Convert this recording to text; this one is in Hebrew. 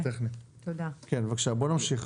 כן בבקשה בואו נמשיך.